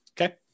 Okay